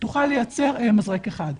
תוכל לייצר מזרק אחד.